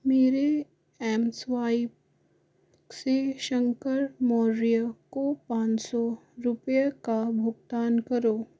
मेरे M swipe से शंकर मौर्य को पाँच सौ रुपये का भुगतान करो